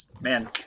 Man